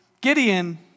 Gideon